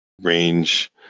range